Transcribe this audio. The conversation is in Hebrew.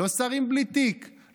לא שרים בלי תיק,